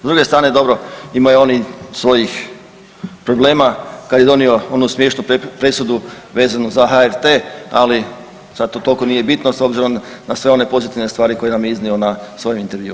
S druge strane dobro ima i on svojih problema kad je donio onu smiješnu presudu vezanu za HRT, ali sad to toliko nije bitno s obzirom na sve one pozitivne stvari koje nam je iznio na svom intervjuu.